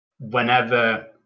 whenever